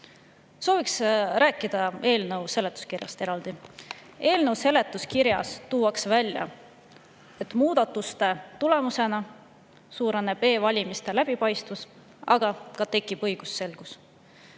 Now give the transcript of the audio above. Sooviksin rääkida eraldi eelnõu seletuskirjast. Eelnõu seletuskirjas tuuakse välja, et muudatuste tulemusena suureneb e‑valimiste läbipaistvus, aga tekib ka õigusselgus.